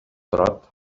турат